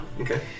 Okay